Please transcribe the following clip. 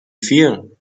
feel